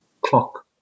clock